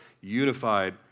unified